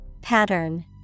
Pattern